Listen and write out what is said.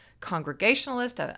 congregationalist